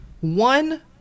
one